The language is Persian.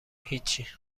هیچی